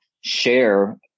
share